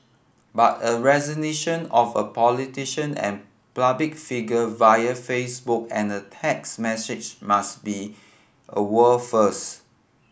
but a of a politician and public figure via Facebook and a text message must be a world first